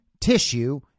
tissue